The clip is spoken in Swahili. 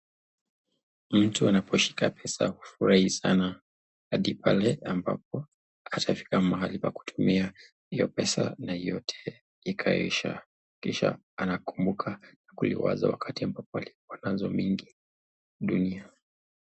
Mtu anaposhika pesa hufurahi sana hadi pale ambapo atafika mahali pa kutumia hiyo pesa na yote ikaisha. Kisha anakumbuka na kuliwaza wakati ambapo alikuwa nazo mingi, dunia!